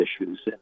issues